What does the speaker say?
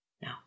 no